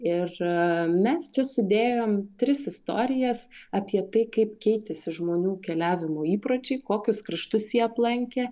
ir mes čia sudėjom tris istorijas apie tai kaip keitėsi žmonių keliavimo įpročiai kokius kraštus jie aplankė